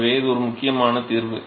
எனவே இது ஒரு முக்கியமான தீர்வு